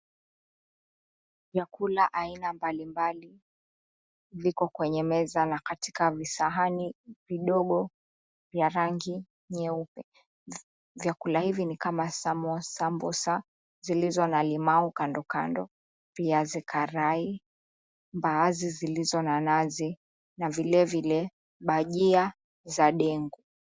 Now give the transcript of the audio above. Vyakula aina mbalimbali viko kwenye meza na katika visahani vidogo vya rangi nyeupe, vyakula hivi ni kama samosa zilizo na limau kando kando pia viazi karai, mbaazi zilizo na nazi na vilevile baajia za ndegu.